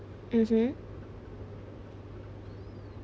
mmhmm